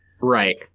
right